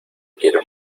quiero